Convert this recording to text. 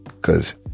cause